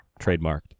trademarked